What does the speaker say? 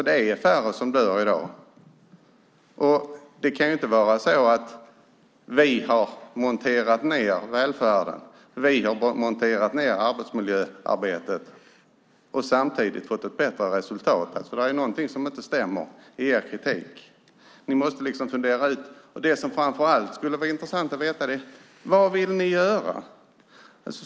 Det är färre som dör i dag på arbetsplatserna. Det kan inte vara så att vi har monterat ned välfärden och arbetsmiljöarbetet och samtidigt fått ett bättre resultat. Det är någonting som inte stämmer i er kritik. Det som framför allt skulle vara intressant att veta är: Vad vill ni göra?